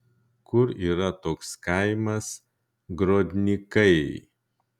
kur yra toks kaimas grodnikai